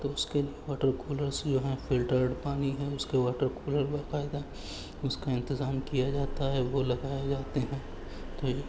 تو اس کے لیے واٹر کولرس جو ہیں فلٹرڈ پانی ہے اس کے واٹر کولر باقاعدہ اس کا انتظام کیا جاتا ہے وہ لگائے جاتے ہیں تو یہ